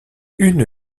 une